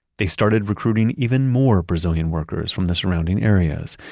they started recruiting even more brazilian workers from the surrounding areas,